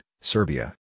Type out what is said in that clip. Serbia